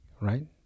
right